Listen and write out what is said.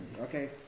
okay